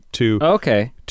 Okay